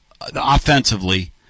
offensively